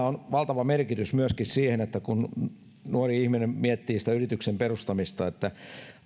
on valtava merkitys myöskin siinä kun nuori ihminen miettii sitä yrityksen perustamista että